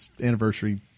anniversary